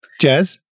Jazz